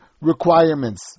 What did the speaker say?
requirements